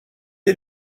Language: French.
est